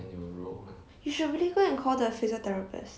you should really go and call the physiotherapist